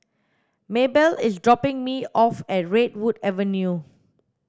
Mabell is dropping me off at Redwood Avenue